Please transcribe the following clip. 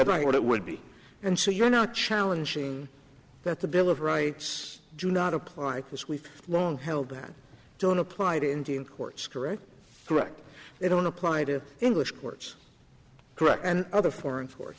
idea what it would be and so you're not challenging that the bill of rights do not apply as we've long held that don't apply to indian courts correct correct they don't apply to english courts correct and other foreign fo